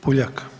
Puljak.